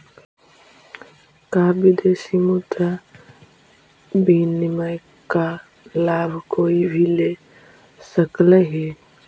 का विदेशी मुद्रा विनिमय का लाभ कोई भी ले सकलई हे?